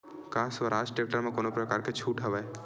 का स्वराज टेक्टर म कोनो प्रकार के छूट हवय?